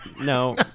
no